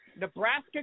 Nebraska